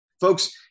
Folks